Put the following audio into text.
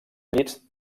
llits